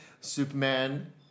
Superman